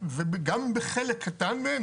גם בחלק קטן מהן,